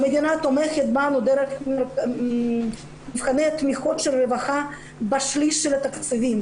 המדינה תומכת בנו דרך מבחני התמיכות של הרווחה בשליש מהתקציבים,